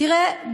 תראה,